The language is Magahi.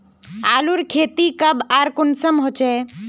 आलूर खेती कब आर कुंसम होचे?